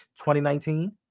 2019